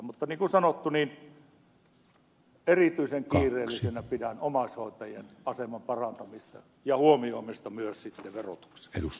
mutta niin kuin sanottu niin erityisen kiireellisenä pidän omaishoitajien aseman parantamista ja huomioimista myös sitten verotuksessa